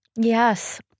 Yes